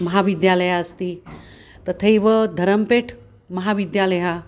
महाविद्यालय अस्ति तथैव धरम्पेठ् महाविद्यालयः